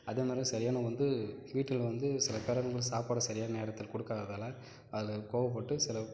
அதே மாதிரி சரியான வந்து வீட்டில் வந்து சில பேரெண்ட்ஸ் சாப்பாடு சரியான நேரத்துக்கு கொடுக்காததுனால அதில் கோபப்பட்டு சில